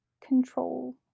control